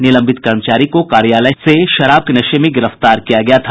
निलंबित कर्मचारी को कार्यालय से शराब के नशे में गिरफ्तार किया गया था